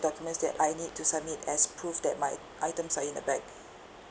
documents that I need to submit as proof that my items are in the bag